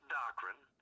doctrine